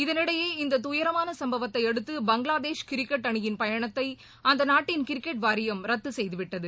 இதனிடையே இந்ததுயரமானசம்பவத்தைஅடுத்து பங்களாதேஷ் கிரிக்கெட் அணியின் பயணத்தைஅந்தநாட்டின் கிரிக்கெட் வாரியம் ரத்துசெய்துவிட்டது